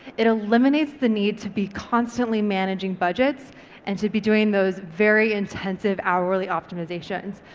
it eliminates the need to be constantly managing budgets and to be doing those very intensive hourly optimisations,